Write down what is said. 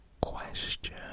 question